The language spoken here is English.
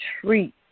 treat